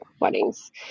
Weddings